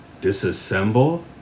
disassemble